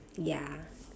ya